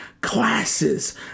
Classes